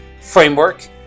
framework